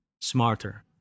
smarter